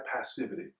passivity